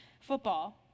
football